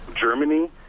Germany